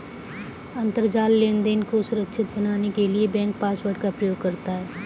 अंतरजाल लेनदेन को सुरक्षित बनाने के लिए बैंक पासवर्ड का प्रयोग करता है